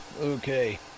Okay